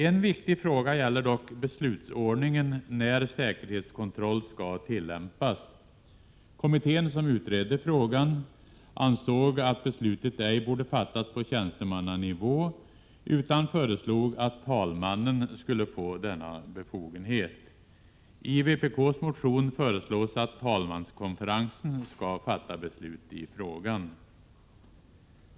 En viktig fråga gäller dock beslutsordningen när säkerhetskontroll skall tillämpas. Kommittén som utredde frågan ansåg att beslutet ej borde fattas på tjänstemannanivå, utan föreslog att talmannen skulle få denna befogenhet. I vpk:s motion föreslås att talmanskonferensen skall fatta beslut i frågan.